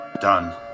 Done